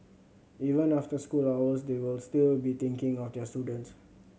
even after school hours they will still be thinking of their students